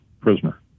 prisoner